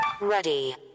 Ready